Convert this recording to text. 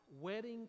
wedding